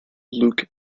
luke